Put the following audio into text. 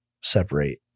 separate